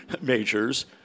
majors